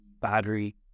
battery